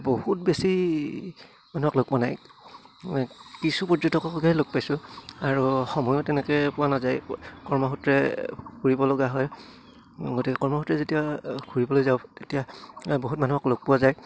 বহুত বেছি মানুহক লগ পোৱা নাই কিছু পৰ্যটককহে লগ পাইছোঁ আৰু সময়ো তেনেকে পোৱা নাযায় কৰ্মসূত্ৰে ফুৰিব লগা হয় গতিকে কৰ্মসূত্ৰে যেতিয়া ফুৰিবলৈ যাওঁ তেতিয়া বহুত মানুহক লগ পোৱা যায়